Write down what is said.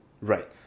Right